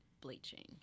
bleaching